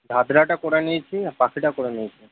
দাদরাটা করে নিয়েছি আর বাকিটাও করে নিয়েছি